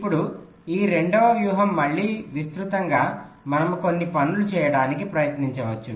ఇప్పుడు ఈ రెండవ వ్యూహం మళ్ళీ విస్తృతంగా మనము కొన్ని పనులు చేయడానికి ప్రయత్నించవచ్చు